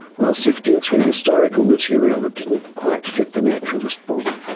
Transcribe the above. while sifting through historical material that didn't quite fit the naturalist book,